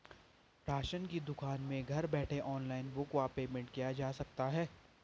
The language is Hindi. राशन की दुकान में घर बैठे ऑनलाइन बुक व पेमेंट किया जा सकता है?